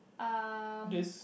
um